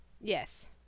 Yes